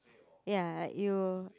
ya like you